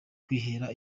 kwihera